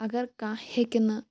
اگر کانٛہہ ہیٚکہ نہٕ